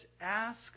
ask